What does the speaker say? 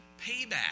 payback